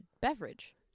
beverage